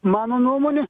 mano nuomone